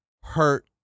hurt